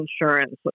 insurance